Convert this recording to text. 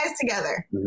together